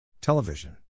Television